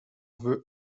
veut